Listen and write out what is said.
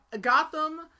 Gotham